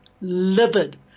livid